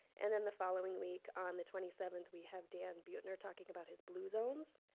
and then the following week, on the twenty seventh, we have dan buettner talking about his blue zones.